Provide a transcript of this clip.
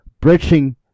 bridging